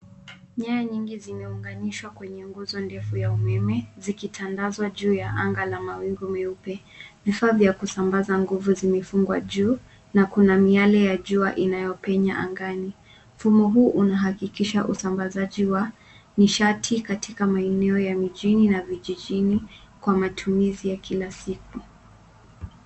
Nyaya nyingi zimeunganishwa kwenye nguzo ndefu ya umeme zinitandazwa juu ya anga la mawingu meupe. Vifaa vya kusambaza nguvu zimefungwa juu na kuna miale ya jua inayo penya angani. Mfumo huu unahakikisha usambazaji wa nishati katika maeneo ya mijini na vijijini kwa matumizi ya kila siku.